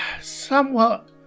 somewhat